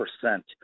percent